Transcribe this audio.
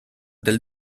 del